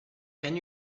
can